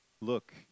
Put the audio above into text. look